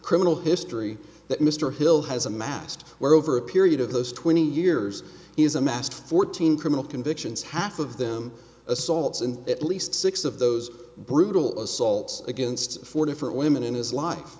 criminal history that mr hill has amassed over a period of those twenty years he has amassed fourteen criminal convictions half of them assaults and at least six of those brutal assaults against four different women in his life